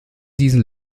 diesen